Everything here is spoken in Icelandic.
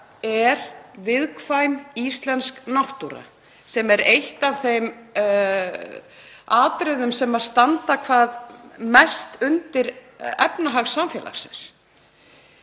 er viðkvæm íslensk náttúra sem er eitt af þeim atriðum sem standa hvað mest undir efnahag samfélagsins.